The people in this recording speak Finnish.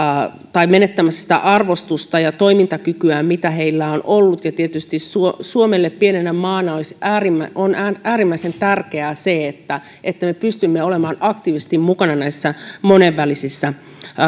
tai menettämässä sitä arvostusta ja toimintakykyään mitä niillä on ollut tietysti suomelle pienenä maana on äärimmäisen tärkeää se että me pystymme olemaan aktiivisesti mukana näissä monenvälisissä